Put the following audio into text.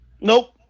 nope